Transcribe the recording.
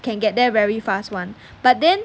can get there very fast [one] but then